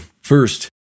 first